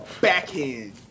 backhand